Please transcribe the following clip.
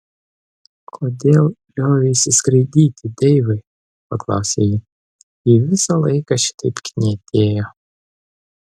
kodėl lioveisi skraidyti deivai paklausė ji jei visą laiką šitaip knietėjo